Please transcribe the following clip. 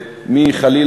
ומי יותר טוב,